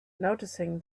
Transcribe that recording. noticing